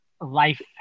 life